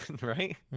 right